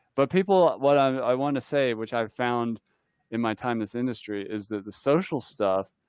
but people, what i want to say, which i've found in my time, this industry, is that the social stuff,